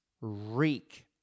reek